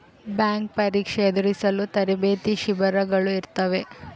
bank ಪರೀಕ್ಷೆ ಎದುರಿಸಲು ತರಬೇತಿ ಶಿಬಿರಗಳು ಇರುತ್ತವೆ